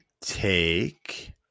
take